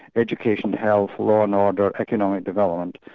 education, health, law and order, economic development.